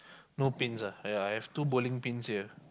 no pins ah ya I have two bowling pins here